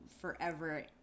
forever